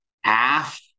half